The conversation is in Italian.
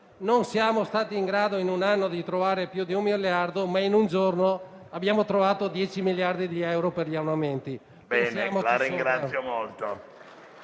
non siamo stati in grado di trovare più di un miliardo, ma in un giorno abbiamo trovato 10 miliardi di euro per gli armamenti.